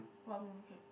what mooncake